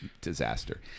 disaster